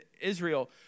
Israel